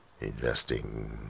investing